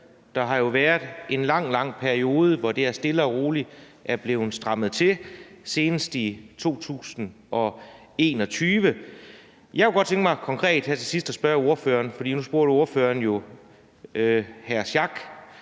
Der har jo været en lang, lang periode, hvor det her stille og roligt er blevet strammet til, senest i 2021. Jeg kunne godt tænke mig konkret at spørge om noget her til sidst. For nu spurgte ordføreren jo hr.